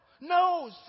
No